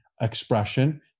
expression